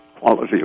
quality